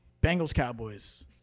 Bengals-Cowboys